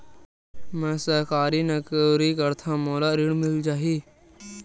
मै सरकारी नौकरी करथव मोला ऋण मिल जाही?